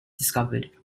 discovered